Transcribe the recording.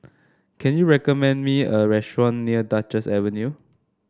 can you recommend me a restaurant near Duchess Avenue